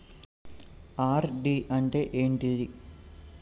RD అంటే ఏంటిది?